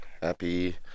happy